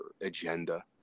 agenda